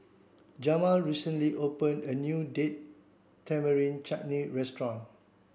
Jamal recently opened a new Date Tamarind Chutney restaurant